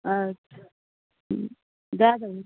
अच्छा दए देबऽ